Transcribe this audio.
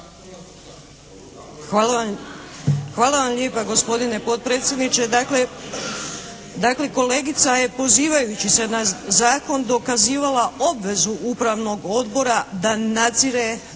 Hvala vam lijepa gospodine potpredsjedniče. Dakle, kolegica je pozivajući se na zakon dokazivala obvezu Upravnog odbora da nadzire, da